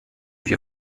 wir